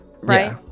right